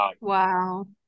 Wow